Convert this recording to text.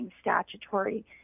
statutory